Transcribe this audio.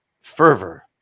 fervor